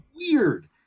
weird